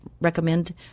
recommend